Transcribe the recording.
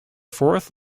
fourth